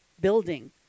building